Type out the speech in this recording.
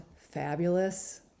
fabulous